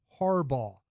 Harbaugh